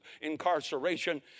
incarceration